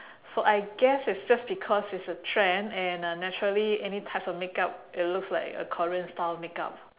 so I guess it's just because it's a trend and uh naturally any types of makeup it'll looks like a korean style of makeup